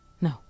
No